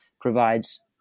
provides